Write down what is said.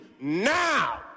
now